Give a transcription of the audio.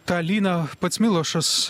tą lyną pats milošas